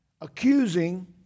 Accusing